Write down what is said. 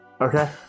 Okay